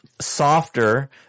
softer